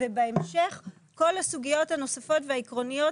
בהמשך כל הסוגיות הנוספות והעקרוניות